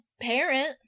parent